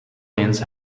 wings